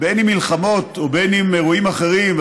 בין אם מלחמות ובין אם אירועים אחרים,